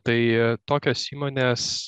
tai tokios įmonės